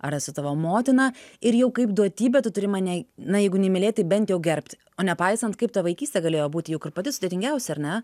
ar esu tavo motina ir jau kaip duotybė tu turi mane na jeigu nemylėt bent jau gerbt o nepaisant kaip ta vaikystė galėjo būti juk ir pati sudėtingiausia ar ne